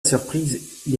surprise